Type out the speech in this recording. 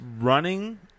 running